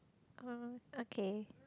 oh okay